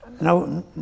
no